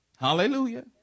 Hallelujah